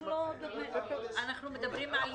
אנחנו מדברים על יוני.